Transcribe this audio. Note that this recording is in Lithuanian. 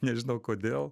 nežinau kodėl